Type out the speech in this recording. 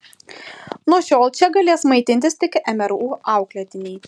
nuo šiol čia galės maitintis tik mru auklėtiniai